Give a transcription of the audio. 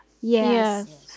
Yes